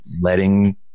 letting